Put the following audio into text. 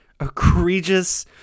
egregious